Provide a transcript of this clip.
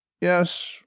yes